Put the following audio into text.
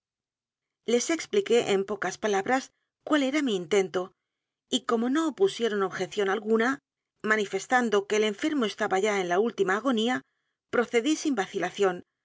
les expliqué en pocas palabras cuál era mi intento y como no opusieron objeción alguna manifestando que el enfermo estaba ya en la iiltima agonía procedí sin vacilación